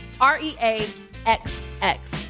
r-e-a-x-x